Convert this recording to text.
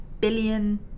billion